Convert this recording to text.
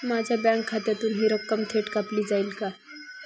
माझ्या बँक खात्यातून हि रक्कम थेट कापली जाईल का?